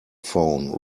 phone